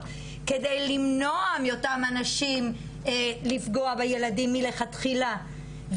כדי למנוע מאותם אנשים לפגוע בילדים מלכתחילה,